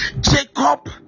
Jacob